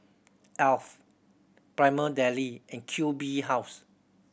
Alf Prima Deli and Q B House